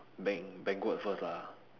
ban~ banquet first lah